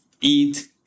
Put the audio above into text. eat